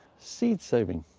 seed saving,